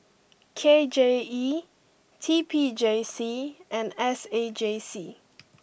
K J E T P J C and S A J C